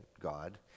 God